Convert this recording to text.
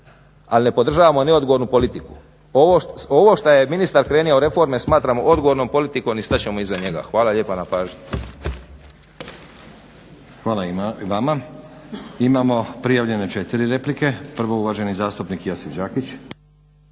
al ne podržavam neodgovornu politiku. Ovo šta je ministar krenuo u reforme smatramo odgovornom politikom i stat ćemo iza njega. Hvala lijepa na pažnji. **Stazić, Nenad (SDP)** Hvala i vama. Imamo prijavljene četiri replike. Prvo uvaženi zastupnik Josip Đakić.